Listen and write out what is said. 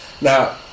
Now